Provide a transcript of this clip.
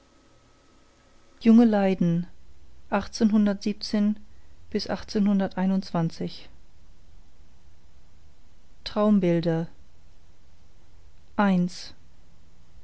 junge leiden traumbilder i